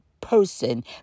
person